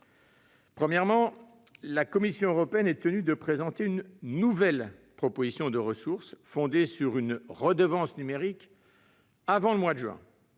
Premièrement, la Commission européenne est tenue de présenter une nouvelle proposition de ressource fondée sur une redevance numérique, et ce avant le mois de juin.